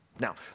Now